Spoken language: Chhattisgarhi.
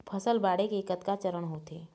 फसल बाढ़े के कतका चरण होथे?